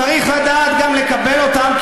צריך לדעת גם לקבל אותם,